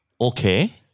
Okay